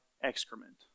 excrement